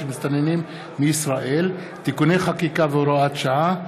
מסתננים מישראל (תיקוני חקיקה והוראות שעה)